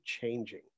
changing